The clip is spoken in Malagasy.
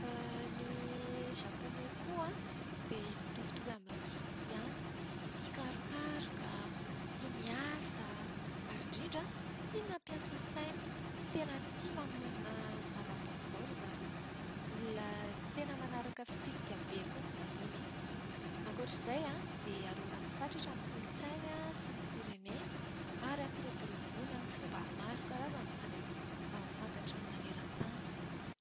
Ny japoney koa dia mitovitovy amin'ireo sinoa ihany. Tia karokaroka, tia miasa ary indrindra tia mampiasa saina. Tena tia mamorona zava-baovao ry zareo. Olona tena manaraka fitsipika be ny japoney. Ankoatr'izay, dia arovany fatratra ny kolotsainy sy ny fireneny ary ampiroboroboany amin'ny fomba maro karazana izany mba ho fantatry ny maneran-tany.